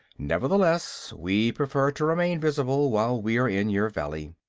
nevertheless, we prefer to remain visible while we are in your valley.